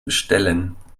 bestellen